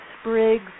sprigs